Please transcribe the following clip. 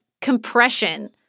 compression